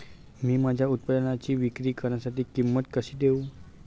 मी माझ्या उत्पादनाची विक्री करण्यासाठी किंमत कशी देऊ?